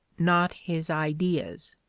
not his ideas.